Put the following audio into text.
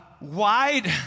wide